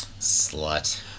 Slut